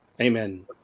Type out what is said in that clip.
Amen